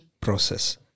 process